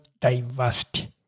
diversity